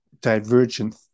divergent